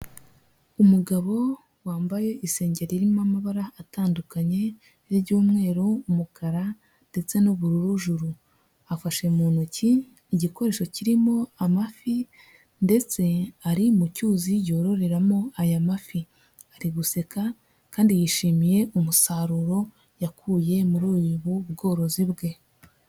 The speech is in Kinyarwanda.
Umugabo wambaye isengeri irimo amabara atandukanye nk'iry'umweru, umukara ndetse n'ubururu juru, afashe mu ntoki igikoresho kirimo amafi ndetse ari mu cyuzi yororeramo aya mafi, ari guseka kandi yishimiye umusaruro yakuye muri ubu bworozi bwe.